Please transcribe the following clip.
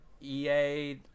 ea